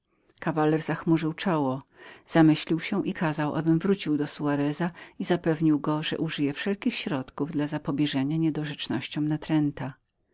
kawaler zachmurzył czoło zamyślił się i kazał abym wrócił do soareza i zapewnił go że użyje wszelkich środków dla zapobieżenia niedorzecznościom natręta